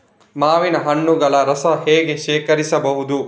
ಮಾವಿನ ಹಣ್ಣುಗಳ ರಸವನ್ನು ಹೇಗೆ ಶೇಖರಿಸಬಹುದು?